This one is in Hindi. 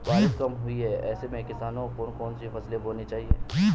बारिश कम हुई है ऐसे में किसानों को कौन कौन सी फसलें बोनी चाहिए?